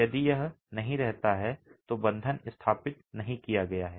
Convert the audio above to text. यदि यह नहीं रहता है तो बंधन स्थापित नहीं किया गया है